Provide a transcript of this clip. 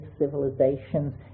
civilizations